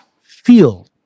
feel